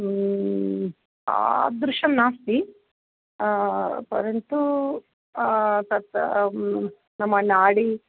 तादृशं नास्ति परन्तु तत् नाम नाडी